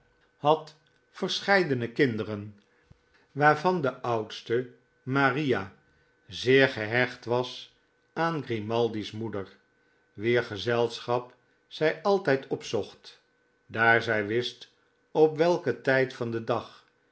had verscheidene kinderen waarvan de oudste maria zeer gehecht was aan grimaldi's moeder wier gezelschap zij altijd opzocht daar zij wist op welken tijd van den dag